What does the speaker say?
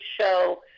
show